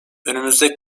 önümüzde